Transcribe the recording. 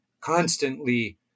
constantly